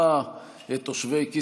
את בני המשפחה,